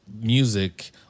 music